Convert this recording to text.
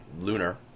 lunar